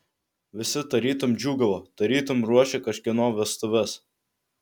visi tarytum džiūgavo tarytum ruošė kažkieno vestuves